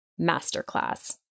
masterclass